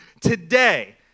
today